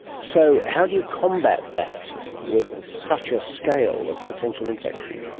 so how do you combat that with such a scale of potential infection?